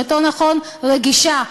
או יותר נכון רגישה,